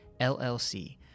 LLC